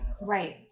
Right